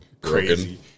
crazy